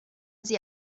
sie